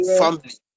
family